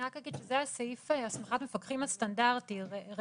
אני רק אגיד שזה סעיף הסמכת מפקחים הסטנדרטי בממשלה.